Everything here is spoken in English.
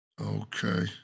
Okay